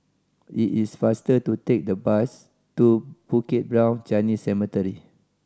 it is faster to take the bus to Bukit Brown Chinese Cemetery